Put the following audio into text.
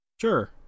Sure